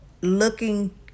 looking